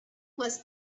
was